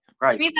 Right